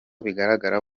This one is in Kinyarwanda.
bigaragara